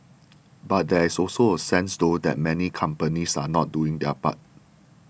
but there is also a sense though that many companies are not doing their part